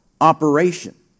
operation